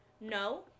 no